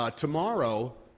ah tomorrow,